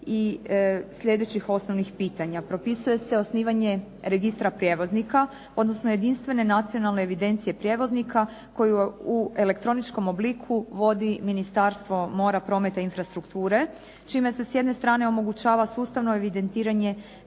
i sljedećih osnovnih pitanja. Propisuje se osnivanje registra prijevoznika, odnosno jedinstvene nacionalne evidencije prijevoznika, koju u elektroničkom obliku vodi Ministarstvo mora, prometa i infrastrukture, čime se s jedne strane omogućava sustavno evidentiranje